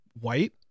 white